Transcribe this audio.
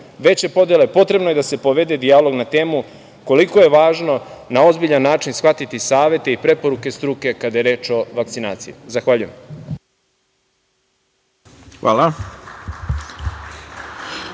veće podele, potrebno je da se povede dijalog na temu koliko je važno na ozbiljan način shvatiti savete i preporuke struke kada je reč o vakcinaciji. Zahvaljujem. **Ivica